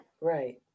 Right